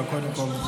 אבל קודם כול, נכון